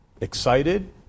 excited